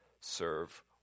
serve